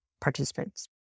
participants